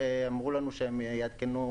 והם אמרו לנו שהם יעדכנו.